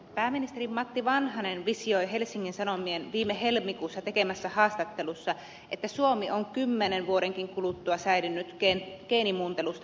pääministeri matti vanhanen visioi helsingin sanomien viime helmikuussa tekemässä haastattelussa että suomi on kymmenen vuodenkin kuluttua säilynyt geenimuuntelusta vapaana alueena